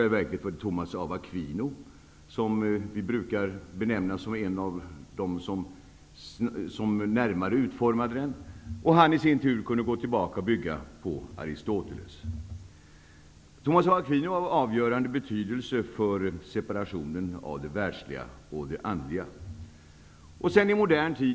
Vi brukar benämna Thomas av Aquino som en av dem som närmare utformade principen. Han kunde i sin tur bygga på Aristoteles. Thomas av Aquino hade avgörande betydelse för separationen mellan det världsliga och det andliga.